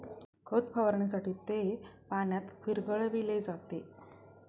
खत फवारणीसाठी ते पाण्यात विरघळविले जाते